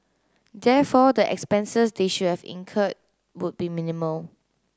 therefore the expenses they should have incurred would be minimal